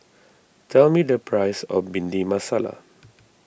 tell me the price of Bhindi Masala